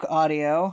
audio